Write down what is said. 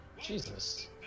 Jesus